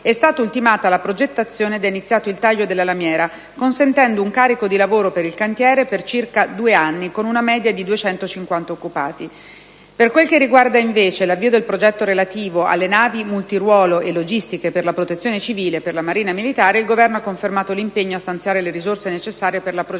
è stata ultimata la progettazione ed è iniziato il «taglio della lamiera», consentendo un carico di lavoro per il cantiere per circa due anni, con una media di 250 occupati. Per quel che riguarda, invece, l'avvio del progetto relativo alle navi multiruolo e logistiche per la protezione civile e per la Marina militare, il Governo ha confermato l'impegno a stanziare le risorse necessarie per la progettazione